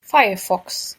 firefox